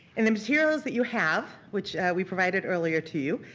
in the materials that you have, which we provided earlier to you,